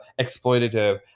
exploitative